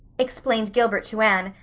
explained gilbert to anne,